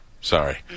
Sorry